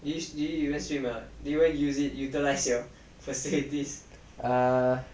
err